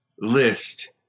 list